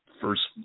first